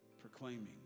proclaiming